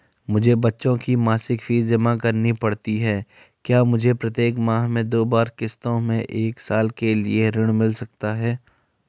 मुझे बच्चों की मासिक फीस जमा करनी पड़ती है क्या मुझे प्रत्येक माह में दो बार किश्तों में एक साल के लिए ऋण मिल सकता है?